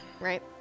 Right